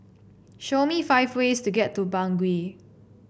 show me five ways to get to Bangui